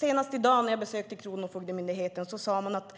Senast i dag när jag besökte Kronofogdemyndigheten sade man att